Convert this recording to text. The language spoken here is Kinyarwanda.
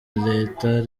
leta